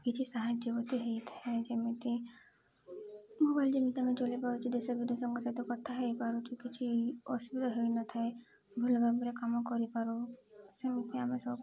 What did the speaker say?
କିଛି ସାହାଯ୍ୟ ମଧ୍ୟ ହେଇଥାଏ ଯେମିତି ମୋବାଇଲ ଯେମିତି ଆମେ ଚଲାଇପାରୁଛୁ ଦେଶ ବିଦେଶଙ୍କ ସହିତ କଥା ହେଇପାରୁଛୁ କିଛି ଅସୁବିଧା ହେଇନଥାଏ ଭଲ ଭାବରେ କାମ କରିପାରୁ ସେମିତି ଆମେ ସବୁବେଳେ